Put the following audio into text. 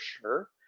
sure